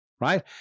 right